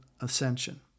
ascension